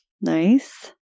nice